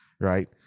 Right